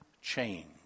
change